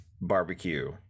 barbecue